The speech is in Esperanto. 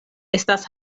estas